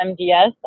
MDS